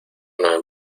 nos